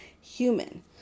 human